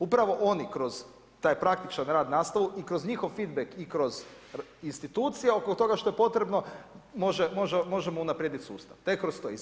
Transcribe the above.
Upravo oni kroz taj praktičan rad, nastavu i kroz njihov feetbeck i kroz institucije oko toga što je potrebno možemo unaprijedit sustav tek kroz to.